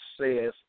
says